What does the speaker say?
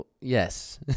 Yes